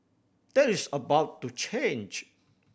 that is about to change